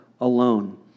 alone